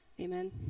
amen